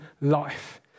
life